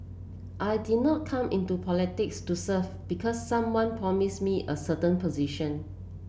I did not come into politics to serve because someone promised me a certain position